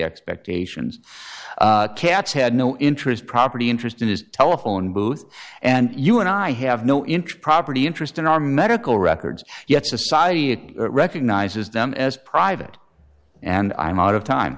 expectations cats had no interest property interest in his telephone booth and you and i have no interest property interest in our medical records yet society it recognizes them as private and i'm out of time